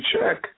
check